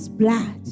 blood